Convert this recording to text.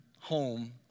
home